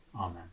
Amen